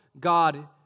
God